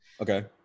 Okay